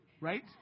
Right